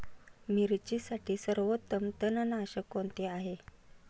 मिरचीसाठी सर्वोत्तम तणनाशक कोणते आहे?